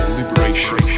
liberation